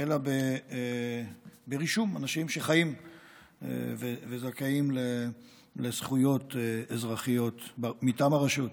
אלא ברישום של אנשים חיים שזכאים לזכויות אזרחיות מטעם הרשות.